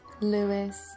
Lewis